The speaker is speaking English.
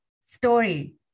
story